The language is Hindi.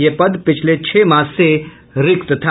यह पद पिछले छह मास से रिक्त था